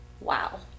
Wow